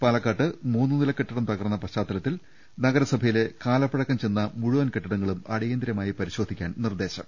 പാലക്കാട്ട് മൂന്ന് നില കെട്ടിടം തകർന്ന പശ്ചാത്തലത്തിൽ നഗര സഭയിലെ കാലപ്പഴക്കം ചെന്ന മുഴുവൻ കെട്ടിടങ്ങളും അടിയ ന്തിരമായി പരിശോധിക്കാൻ നിർദേശം